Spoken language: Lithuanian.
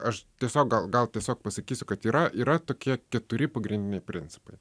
aš tiesiog gal gal tiesiog pasakysiu kad yra yra tokie keturi pagrindiniai principai